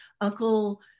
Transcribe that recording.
Uncle